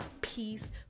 Peace